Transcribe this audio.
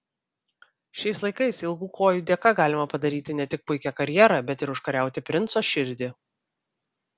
šiais laikais ilgų kojų dėka galima padaryti ne tik puikią karjerą bet ir užkariauti princo širdį